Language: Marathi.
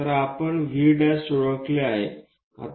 तर आपण V' ओळखले आहे